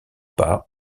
pas